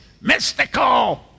mystical